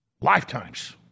lifetimes